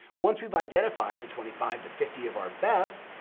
once we've identified the twenty five to fifty of our best,